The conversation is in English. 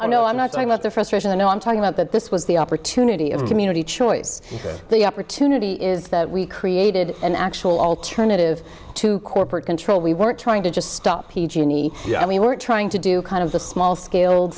i know i'm not talking about the frustration i'm talking about that this was the opportunity of community choice the opportunity is that we created an actual alternative to corporate control we weren't trying to just stop the genie i mean we're trying to do kind of the small scale